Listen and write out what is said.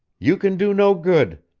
you can do no good.